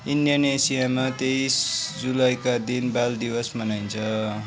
इन्डोनेसियामा तेइस जुलाईका दिन बाल दिवस मनाइन्छ